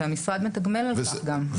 והמשרד מתגמל על כך גם.